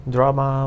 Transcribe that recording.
Drama